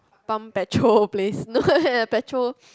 pump petrol place no petrol